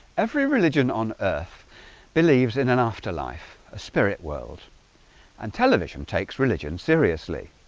every religion on earth believes in an afterlife a spirit world and television takes religion seriously